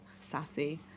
sassy